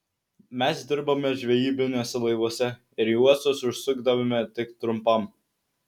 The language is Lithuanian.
mes dirbome žvejybiniuose laivuose ir į uostus užsukdavome tik trumpam